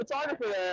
photographer